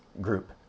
group